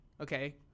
okay